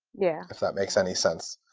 yeah if that makes any sense.